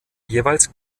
jeweils